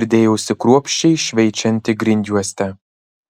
ir dėjausi kruopščiai šveičianti grindjuostę